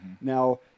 Now